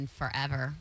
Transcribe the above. forever